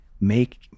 make